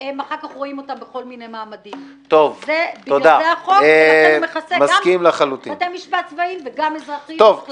בגלל זה החוק ולכן הוא מכסה גם בתי משפט צבאיים וגם בתי משפט אזרחיים.